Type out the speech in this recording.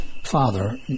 Father